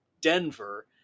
Denver